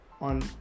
on